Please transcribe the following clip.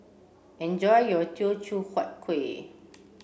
enjoy your Teochew Huat Kueh